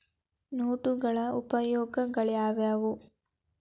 ನೋಟುಗಳ ಉಪಯೋಗಾಳ್ಯಾವ್ಯಾವು?